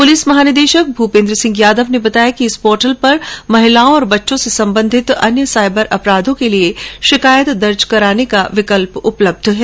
police महानिदेशक भूपेन्द्र सिंह ने बताया कि इस पोर्टल पर महिलाओं और बच्चों से सम्बन्धित और अन्य साइबर अपराधों के लिए शिकायत दर्ज कराने का विकल्प उपलब्ध है